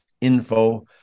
info